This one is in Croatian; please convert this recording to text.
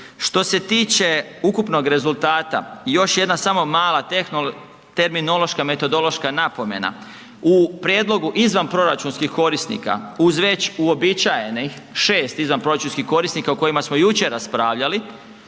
Što se tiče ukupnog rezultata, još jedna samo mala terminološka, metodološka napomena. U prijedlogu izvanproračunskih korisnika, uz već uobičajenih 6 izvanproračunskih korisnika o kojima smo jučer raspravljali,